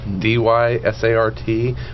D-Y-S-A-R-T